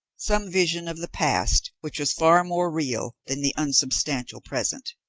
some vision of the past which was far more real than the unsubstantial present.